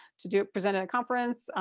to to present at a conference.